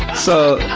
so,